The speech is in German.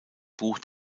buch